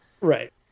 Right